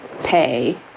pay